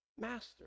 master